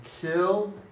kill